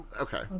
Okay